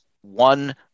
one